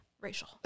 Racial